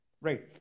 right